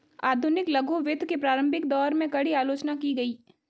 आधुनिक लघु वित्त के प्रारंभिक दौर में, कड़ी आलोचना की गई